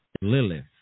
Lilith